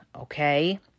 Okay